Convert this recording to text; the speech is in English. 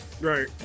Right